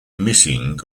missing